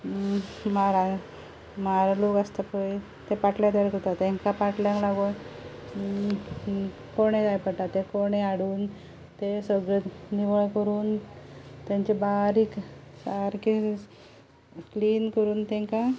म्हारां म्हार लोक आसता पळय ते पाटले बी करता ते पाटल्यांक लागून कोणे जाय पडटा ते कोणे हाडून ते सगळे निवळ करून तांचे बारीक सारके क्लीन करून तेंका